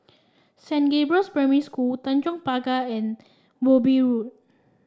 Saint Gabriel's Primary School Tanjong Pagar and Wilby Road